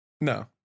No